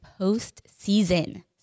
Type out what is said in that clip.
postseason